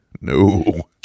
No